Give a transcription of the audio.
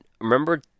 Remember